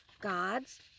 God's